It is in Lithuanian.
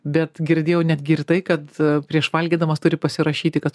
bet girdėjau netgi ir tai kad prieš valgydamas turi pasirašyti kad